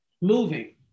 Moving